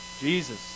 Jesus